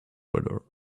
weather